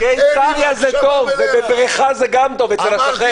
קיסריה זה טוב, ובבריכה זה גם טוב, אצל השכן.